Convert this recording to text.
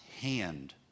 hand